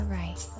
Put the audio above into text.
right